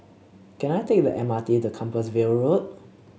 can I take the M R T to Compassvale Road